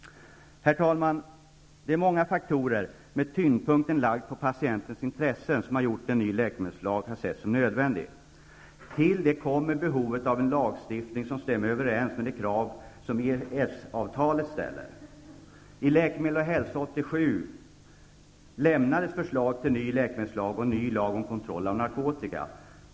Herr talman! Det är många faktorer, med tyngdpunkten lagd på patientens intressen, som har gjort att en ny läkemedelslag ansetts vara nödvändig. Till detta kommer behovet av en lagstiftning som stämmer överens med EES ''Läkemedel och hälsa'' år 1987 gavs förslag till en ny läkemedelslag och en ny lag om kontroll av narkotika.